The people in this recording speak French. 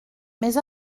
mais